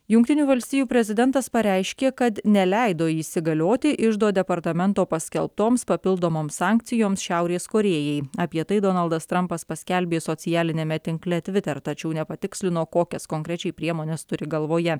jungtinių valstijų prezidentas pareiškė kad neleido įsigalioti iždo departamento paskelbtoms papildomoms sankcijoms šiaurės korėjai apie tai donaldas trampas paskelbė socialiniame tinkle tviter tačiau nepatikslino kokias konkrečiai priemones turi galvoje